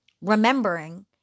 Remembering